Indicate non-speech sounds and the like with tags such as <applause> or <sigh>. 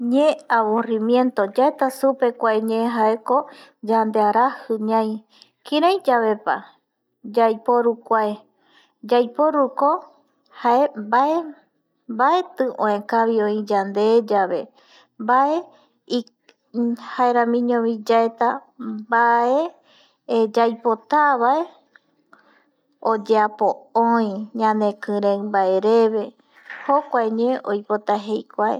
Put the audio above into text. Ñe aburrimiento yaeta supe kuae ñe jaeko yandearaji ñai kirai yavepa yaiporu kuae, yaiporuko jae mbae mbaeti öekavi öi yande yave mbae <hesitation> jaeramiñovi yaeta mbae yaipotavae oyeapo öi ñanekɨreɨ mbae reve jokua ñe oipota jei kuae